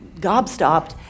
gobstopped